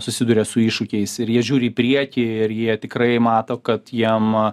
susiduria su iššūkiais ir jie žiūri į priekį ir jie tikrai mato kad jiem